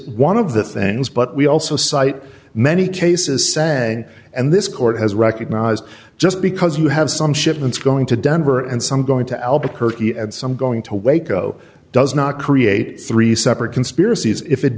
one of the things but we also cite many cases say and this court has recognized just because you have some shipments going to denver and some going to albuquerque and some going to waco does not create three separate conspiracies if it